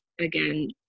again